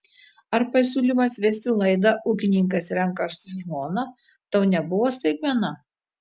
ar pasiūlymas vesti laidą ūkininkas renkasi žmoną tau nebuvo staigmena